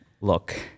look